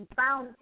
found